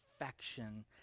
affection